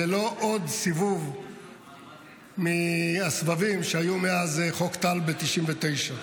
זה לא עוד סיבוב מהסבבים שהיו מאז חוק טל ב-1999,